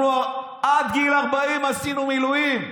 אנחנו עד גיל 40 עשינו מילואים,